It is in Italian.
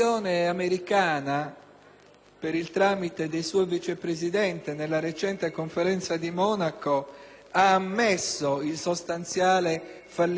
per il tramite del suo Vice presidente, nella recente conferenza di Monaco, ha ammesso sostanzialmente il fallimento della politica della